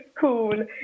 cool